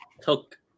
took